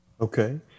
Okay